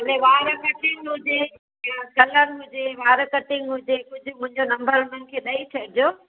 भले वार कटिंग हुजे या कलर हुजे वार कटिंग हुजे कुझु मुंहिंजो नम्बर हुननि खे ॾई छॾिजो